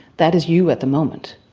that is you at the moment.